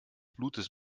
blutes